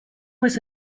was